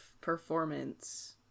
performance